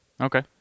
Okay